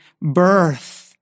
birth